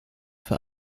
für